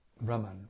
Brahman